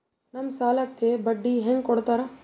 ನಮ್ ಸಾಲಕ್ ಬಡ್ಡಿ ಹ್ಯಾಂಗ ಕೊಡ್ತಾರ?